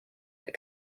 that